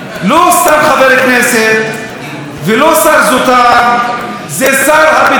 לא סתם חבר כנסת ולא שר זוטר אלא שר הביטחון